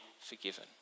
forgiven